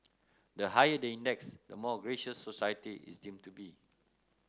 the higher the index the more gracious society is deemed to be